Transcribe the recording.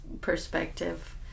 perspective